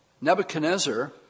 Nebuchadnezzar